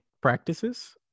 practices